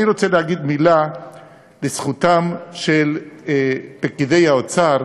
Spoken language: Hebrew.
אני רוצה להגיד מילה לזכותם של פקידי האוצר,